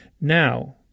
Now